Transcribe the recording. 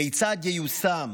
כיצד תיושם